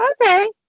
okay